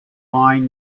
line